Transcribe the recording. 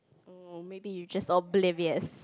um or maybe you just oblivious